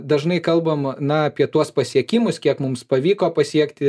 dažnai kalbam na apie tuos pasiekimus kiek mums pavyko pasiekti